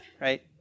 right